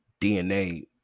DNA